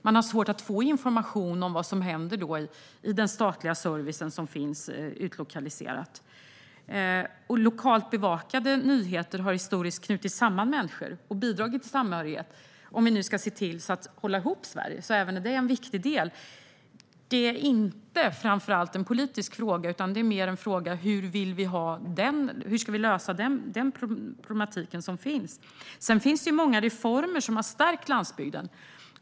Folk har svårt att få information om vad som händer i den statliga service som finns utlokaliserad. Lokalt bevakade nyheter har historiskt knutit samman människor och har bidragit till samhörighet. Om vi ska se till att hålla ihop Sverige är även detta en viktig del. Det här är inte framför allt en politisk fråga utan handlar mer om hur vi ska lösa den problematik som finns. Många reformer har även stärkt landsbygden.